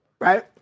right